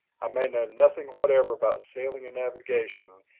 i may know nothing whatever about sailing and navigation,